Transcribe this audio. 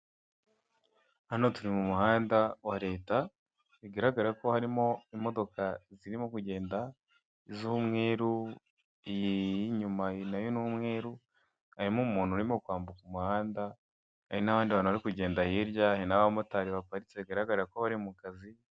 Hano turi mu muhanda wa leta bigaragara ko harimo imodoka zirimo kugenda z'umweru, iyi y'inyuma n'ayo n'umweru, harimo umuntu urimo kwambuka umuhanda, hari n'abandi bantu bari kugenda hirya, hari n'abamotari baparitse bigaragara ko bari mu kazi.